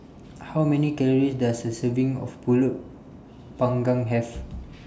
How Many Calories Does A Serving of Pulut Panggang Have